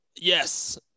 Yes